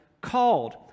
called